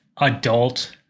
adult